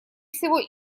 всего